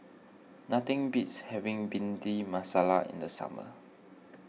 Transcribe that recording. nothing beats having Bhindi Masala in the summer